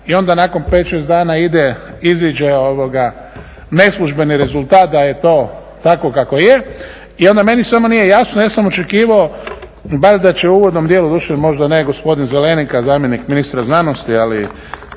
i onda nakon pet, šest dana ide, iziđe neslužbeni rezultat da je to tako kako je. I onda meni samo nije jasno, ja sam očekivao bar da će u uvodnom dijelu, doduše možda ne gospodin Zelenika zamjenik ministra znanosti, ali